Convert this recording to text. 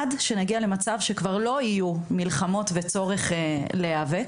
עד שנגיע למצב שכבר לא יהיו מלחמות וצורך להיאבק.